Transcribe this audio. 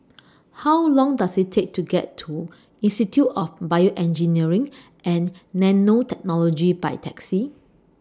How Long Does IT Take to get to Institute of Bioengineering and Nanotechnology By Taxi